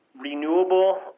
renewable